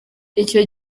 icyo